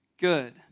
good